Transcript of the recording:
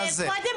תפסיקו.